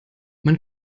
man